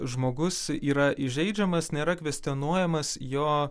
žmogus yra įžeidžiamas nėra kvestionuojamas jo